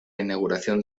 inauguración